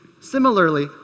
Similarly